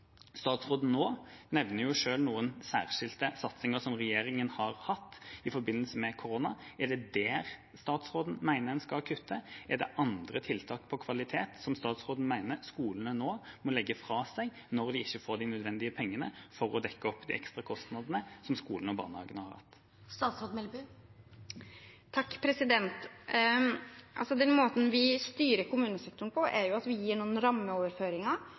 nevner jo nå selv noen særskilte satsinger som regjeringen har hatt i forbindelse med korona. Er det der statsråden mener en skal kutte? Er det andre tiltak på kvalitet som statsråden mener skolene nå må legge fra seg, når de ikke får de nødvendige pengene for å dekke de ekstra kostnadene som skolene og barnehagene har? Den måten vi styrer kommunesektoren på, er at vi gir noen rammeoverføringer,